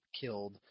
killed